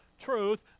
truth